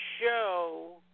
show